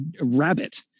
rabbit